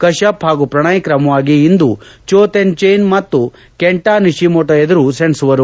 ಕಶ್ಯಪ್ ಹಾಗೂ ಪ್ರಣಯ್ ಕ್ರಮವಾಗಿ ಇಂದು ಚೋ ತೆನ್ ಚೇನ್ ಮತ್ತು ಕೆಂಟಾ ನಿಶಿಮೋಟೊ ಎದುರು ಸೆಣಸುವರು